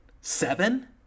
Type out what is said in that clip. Seven